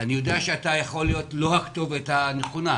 אני יודע שאתה יכול להיות לא הכתובת הנכונה,